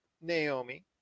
Naomi